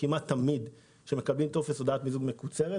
כשאנחנו מקבלים טופס שכזה,